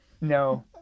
No